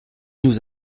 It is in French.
nous